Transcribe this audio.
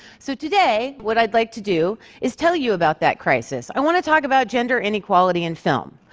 so today, what i'd like to do is tell you about that crisis. i want to talk about gender inequality in film.